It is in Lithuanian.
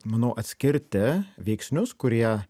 manau atskirti veiksnius kurie